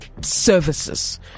services